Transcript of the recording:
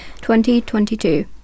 2022